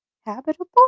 habitable